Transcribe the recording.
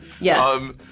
Yes